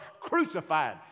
crucified